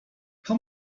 how